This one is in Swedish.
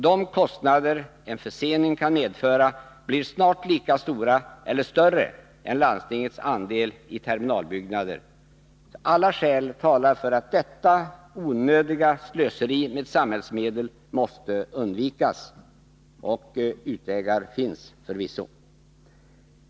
De kostnader en försening kan medföra blir snart lika stora som eller större än landstingets andel i kostnaderna för terminalbyggnader. Alla skäl talar för att detta onödiga slöseri med samhällsmedel måste undvikas, och utvägar finns förvisso.